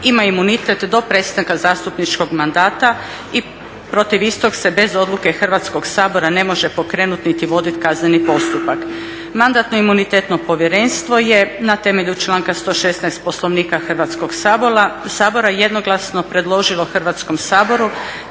ima imunitet do prestanka zastupničkog mandata i protiv istog se bez odluke Hrvatskoga sabora ne može pokrenuti niti voditi kazneni postupak. Mandatno-imunitetno povjerenstvo je na temelju članka 116. Poslovnika Hrvatskoga sabora jednoglasno predložilo Hrvatskom saboru